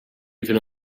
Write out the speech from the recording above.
even